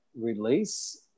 release